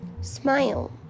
smile